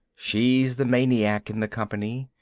she's the maniac in the company.